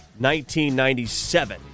1997